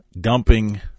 dumping